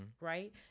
Right